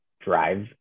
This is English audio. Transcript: drive